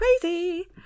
crazy